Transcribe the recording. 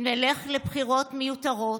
אם נלך לבחירות מיותרות,